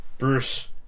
Bruce